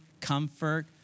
comfort